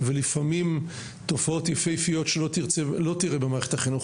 ולפעמים תופעות יפות שלא תראה במערכת החינוך